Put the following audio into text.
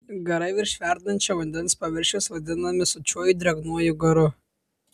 garai virš verdančio vandens paviršiaus vadinami sočiuoju drėgnuoju garu